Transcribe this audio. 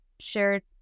shared